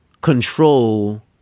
control